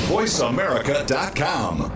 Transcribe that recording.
VoiceAmerica.com